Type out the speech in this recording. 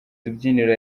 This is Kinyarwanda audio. tubyiniro